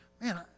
Man